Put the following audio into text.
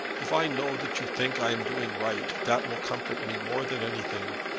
if i know that you think i am doing right, that will comfort me more than anything.